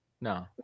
no